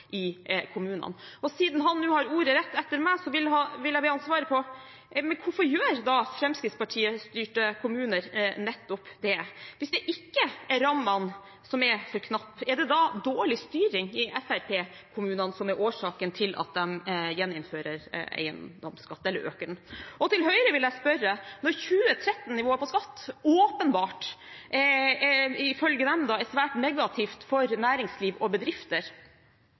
i kommunene. Og siden han nå har ordet rett etter meg, vil jeg be ham svare på: Hvorfor gjør da fremskrittspartistyrte kommuner nettopp det, hvis det ikke er rammene som er for knappe? Er det da dårlig styring i fremskrittspartikommunene som er årsaken til at de innfører eller øker eiendomsskatten? Og til Høyre vil jeg spørre: Når 2013-nivået på skatt åpenbart – ifølge dem – er svært negativt for næringsliv og bedrifter,